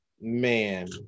Man